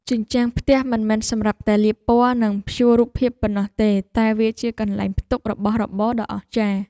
ជញ្ជាំងផ្ទះមិនមែនសម្រាប់តែលាបពណ៌និងព្យួររូបភាពប៉ុណ្ណោះទេតែវាជាកន្លែងផ្ទុករបស់របរដ៏អស្ចារ្យ។